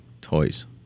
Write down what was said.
toys